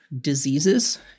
diseases